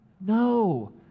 No